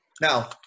now